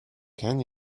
can